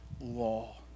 law